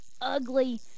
ugly